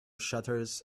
shutters